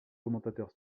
commentateurs